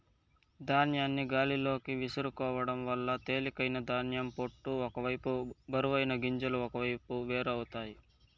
ధాన్యాన్ని గాలిలోకి విసురుకోవడం వల్ల తేలికైన ధాన్యం పొట్టు ఒక వైపు బరువైన గింజలు ఒకవైపు వేరు అవుతాయి